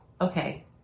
Okay